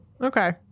Okay